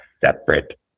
separate